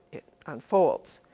it unfolds.